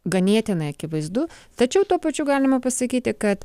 ganėtinai akivaizdu tačiau tuo pačiu galima pasakyti kad